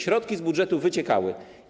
Środki z budżetu wyciekały.